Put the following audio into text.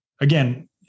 Again